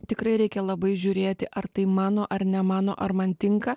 tikrai reikia labai žiūrėti ar tai mano ar ne mano ar man tinka